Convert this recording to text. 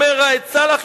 אומר ראאד סלאח,